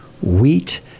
wheat